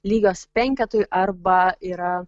lygios penketui arba yra